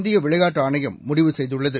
இந்தியவிளையாட்டு ஆணையம் முடிவு செய்துள்ளது